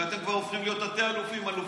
כשאתם כבר הופכים להיות תתי-אלופים, אלופים.